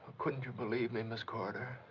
couldn't you believe me, miss corder?